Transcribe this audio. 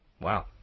wow